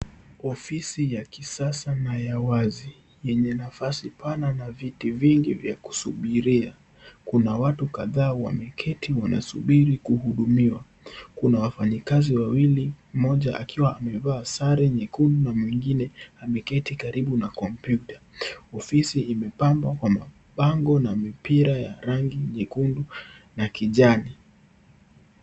Ofisi ya kisasa na ya wazi yenye nafasi Pana na viti vingi vya kusubiria. Kuna watu kadhaa wameketi wamesubiri kuhudumiwa. Kuna wafanyikazi wawili, mmoja akiwa amevaa sare nyekundu na mwingine ameketi karibu na kompyuta. Ofisi imebambwa kwa mabango na mipira ya rangi nyekundu na kijani.